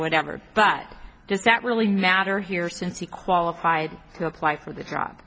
whatever but does that really matter here since he qualified to apply for the